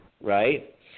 right